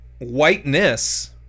whiteness